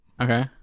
okay